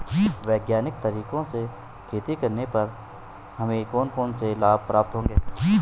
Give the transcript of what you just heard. वैज्ञानिक तरीके से खेती करने पर हमें कौन कौन से लाभ प्राप्त होंगे?